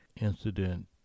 incident